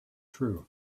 true